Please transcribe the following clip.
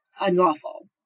unlawful